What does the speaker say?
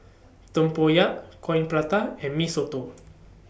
Tempoyak Coin Prata and Mee Soto